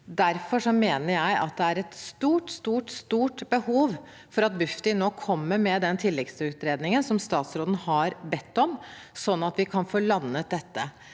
Derfor mener jeg det er et stort, stort behov for at Bufdir nå kommer med den tilleggsutredningen som statsråden har bedt om, sånn at vi kan få landet dette.